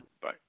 Bye